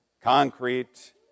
concrete